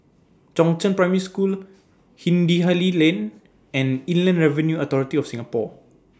Chongzheng Primary School Hindhede Lane and Inland Revenue Authority of Singapore